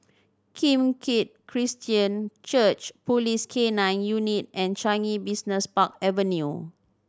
Kim Keat Christian Church Police K Nine Unit and Changi Business Park Avenue